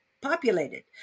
populated